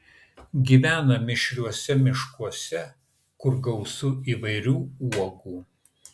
gyvena mišriuose miškuose kur gausu įvairių uogų